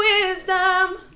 wisdom